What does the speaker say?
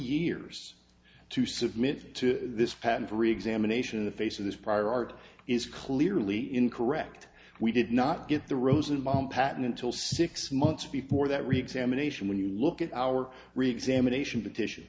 years to submit to this pattern for examination in the face of this prior art is clearly incorrect we did not get the rosenbaum patent until six months before that reexamination when you look at our rigs emanation petition